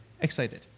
excited